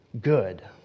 good